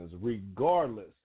regardless